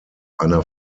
einer